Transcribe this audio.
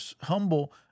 humble